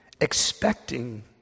expecting